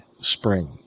spring